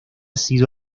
sido